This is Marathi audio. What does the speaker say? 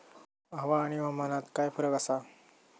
हवा आणि हवामानात काय फरक असा?